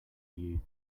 you